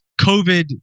COVID